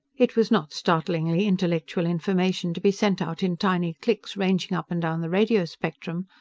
it was not startlingly intellectual information to be sent out in tiny clicks ranging up and down the radio spectrum.